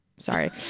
Sorry